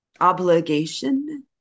obligation